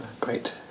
great